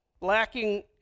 lacking